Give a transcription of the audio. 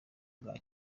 bwa